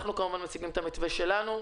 אנחנו כמובן מציגים את המתווה שלנו,